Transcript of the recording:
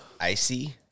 icy